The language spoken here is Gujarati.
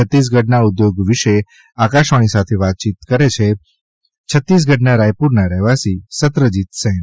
છત્તીસગઢના ઉદ્યોગ વિશે આકાશવાણી સાથે વાત કરે છે છત્તીસગઢના રાયપુરના રહીવાસી સત્રજીત સેન